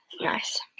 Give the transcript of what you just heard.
nice